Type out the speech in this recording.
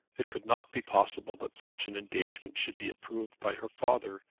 it could not be possible that such an engagement should be approved by her father,